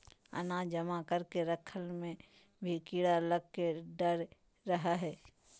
अनाज जमा करके रखय मे भी कीड़ा लगय के डर रहय हय